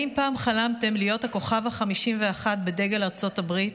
האם פעם חלמתם להיות הכוכב ה-51 בדגל ארצות הברית?